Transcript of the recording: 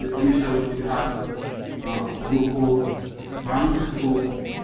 ah initially we had local banks who